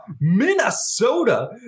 Minnesota